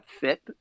fit